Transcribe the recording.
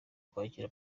kwakira